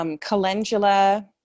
calendula